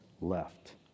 left